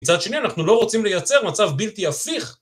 מצד שני אנחנו לא רוצים לייצר מצב בלתי הפיך.